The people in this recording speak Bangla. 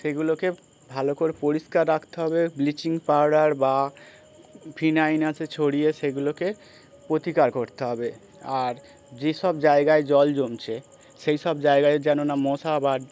সেগুলোকে ভালো করে পরিষ্কার রাখতে হবে ব্লিচিং পাউডার বা ফিনাইল আছে ছড়িয়ে সেগুলোকে প্রতিকার করতে হবে আর যেসব জায়গায় জল জমছে সেই সব জায়গায় যেন না মশা বা